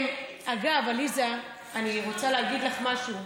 אגב, עליזה, אני רוצה להגיד לך משהו,